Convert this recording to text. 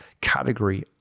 category